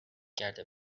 کرده